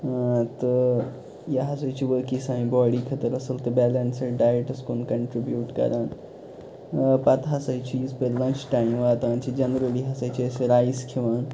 اۭں تہٕ یہِ ہسا چھُ وٲقعٕے سانہِ باڈی خٲطرٕ اصٕل تہٕ بیلنَسٕڈ ڈایٹَس کُن کَنٹرٛبیوٗٹ کران اۭں پَتہٕ ہسا چھِ یِژ بٲرۍ لَنٛچ ٹایِم واتان چھِ جَنٛرلی ہسا چھِ أسۍ رایِس کھیٚوان